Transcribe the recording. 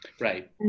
right